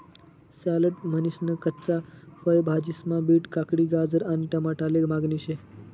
salad म्हनीसन कच्च्या फय भाज्यास्मा बीट, काकडी, गाजर आणि टमाटाले मागणी शे